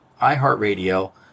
iHeartRadio